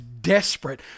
desperate